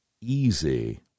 easy